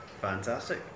fantastic